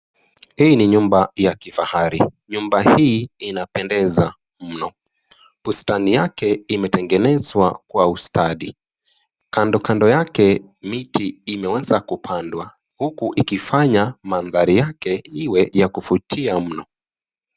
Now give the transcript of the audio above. Hii ni nyumba ya kifahari. Nyumba hii inapendeza mno. Bustani yake imetengenezwa kwa ustadi. Kandokando yake miti imeweza kupandwa, huku ikifanya madhari yake iwe ya kuvutia mno.